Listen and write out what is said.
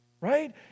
right